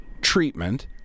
treatment